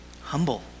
Humble